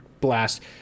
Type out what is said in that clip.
blast